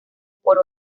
por